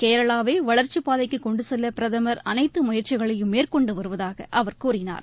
கேரளாவை வளர்ச்சிப் பாதைக்கு கொண்டு செல்ல பிரதம் அனைத்து முயற்சிகளையும் மேற்கொண்டு வருவதாக அவர் கூறினார்